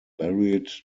married